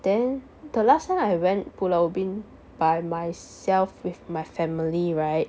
then the last time I went pulau ubin by myself with my family right